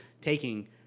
taking